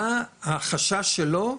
מה החשש שלו,